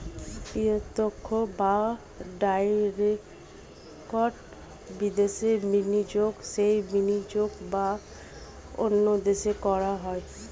প্রত্যক্ষ বা ডাইরেক্ট বিদেশি বিনিয়োগ সেই বিনিয়োগ যা অন্য দেশে করা হয়